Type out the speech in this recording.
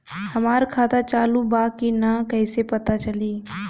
हमार खाता चालू बा कि ना कैसे पता चली?